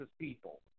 people